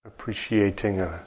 Appreciating